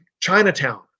Chinatown